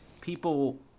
people